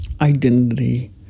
Identity